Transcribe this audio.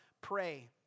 Pray